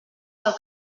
pel